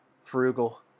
frugal